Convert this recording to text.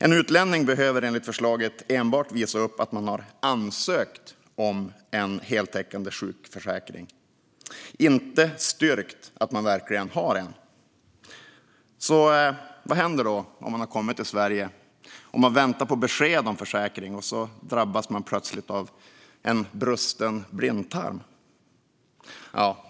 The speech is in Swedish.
Som utlänning behöver man enligt förslaget enbart visa upp att man har ansökt om en heltäckande sjukförsäkring, inte styrka att man verkligen har en. Så vad händer då om man har kommit till Sverige, väntar på besked om försäkring och plötsligt drabbas av en brusten blindtarm?